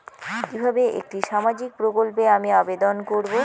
কিভাবে একটি সামাজিক প্রকল্পে আমি আবেদন করব?